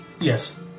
Yes